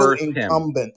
incumbent